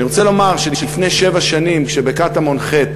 אני רוצה לומר שלפני שבע שנים, כשבקטמון ח'